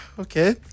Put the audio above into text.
Okay